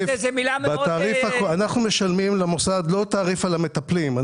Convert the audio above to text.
--- אנחנו משלמים למוסד לא תעריף על המטפלים,